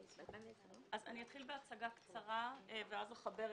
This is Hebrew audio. אתחיל בהצגה קצרה ואז אחבר,